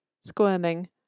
squirming